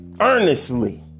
earnestly